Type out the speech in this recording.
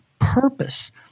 purpose